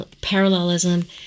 parallelism